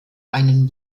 einen